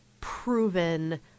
proven